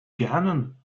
gannon